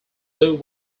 blue